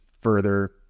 further